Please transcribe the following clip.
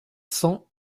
cents